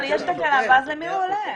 אבל יש תקלה ואז למי הוא הולך?